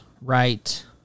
right